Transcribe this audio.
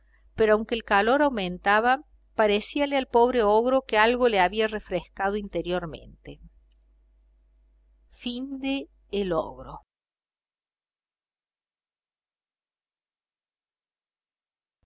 pero aunque el calor aumentaba parecíale al pobre ogro que algo le había refrescado interiormente